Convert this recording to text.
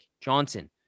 Johnson